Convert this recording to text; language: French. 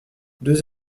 deux